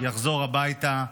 יחזור הביתה,